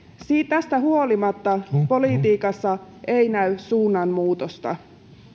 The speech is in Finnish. tästä huolimatta politiikassa ei näy suunnanmuutosta